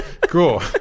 Cool